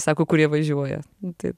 sako kur jie važiuoja tai